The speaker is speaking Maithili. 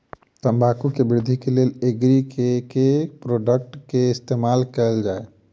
तम्बाकू केँ वृद्धि केँ लेल एग्री केँ के प्रोडक्ट केँ इस्तेमाल कैल जाय?